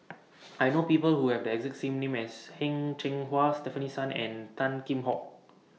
I know People Who Have The exact same name as Heng Cheng Hwa Stefanie Sun and Tan Kheam Hock